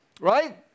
right